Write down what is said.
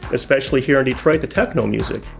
especially here in detroit the techno music,